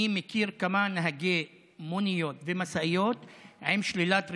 אני מכיר כמה נהגי מוניות ומשאיות עם שלילת רישיון,